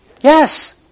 Yes